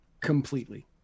completely